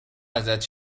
ازت